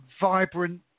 vibrant